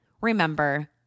remember